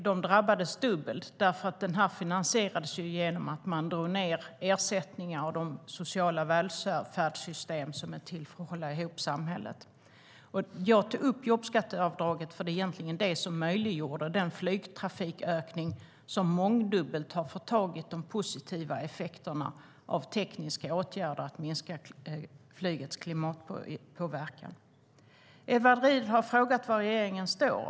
De drabbades dubbelt därför att jobbskatteavdraget finansierades genom att man drog ned på ersättningarna i det sociala välfärdssystemet som är till för att hålla ihop samhället. Jag tog upp jobbskatteavdraget för det är egentligen det som möjliggjorde den ökning av flygtrafiken, som mångdubbelt har kunnat få del av de positiva effekterna av de tekniska åtgärder som kan vidtas för att minska flygets klimatpåverkan. Edward Riedl frågade var regeringen står.